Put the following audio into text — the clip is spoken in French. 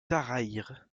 tarayre